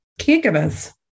caregivers